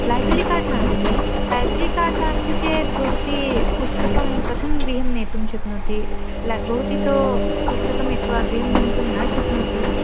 library card नास्ति library card नास्ति चेत् भवती पुस्तकं कथं गृहं नेतुं शक्नोति लै भवती तु पुस्तकं नीत्वा गन्तुं न शक्नोति